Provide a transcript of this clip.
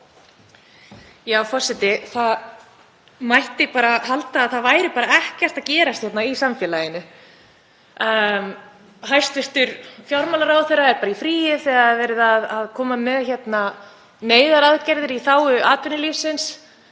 Forseti. Það mætti halda að það væri ekkert að gerast hérna í samfélaginu. Hæstv. fjármálaráðherra er bara í fríi þegar verið að koma með neyðaraðgerðir í þágu atvinnulífsins